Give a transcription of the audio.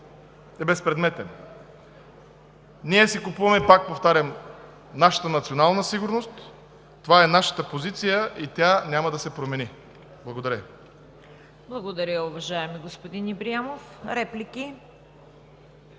е безпредметен. Ние си купуваме, пак повтарям, нашата национална сигурност. Това е нашата позиция и тя няма да се промени. Благодаря Ви. ПРЕДСЕДАТЕЛ ЦВЕТА КАРАЯНЧЕВА: Благодаря, уважаеми господин Ибрямов. Реплики?